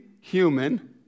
human